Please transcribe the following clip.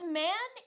man